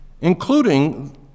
including